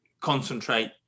concentrate